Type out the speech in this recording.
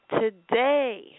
Today